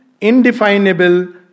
indefinable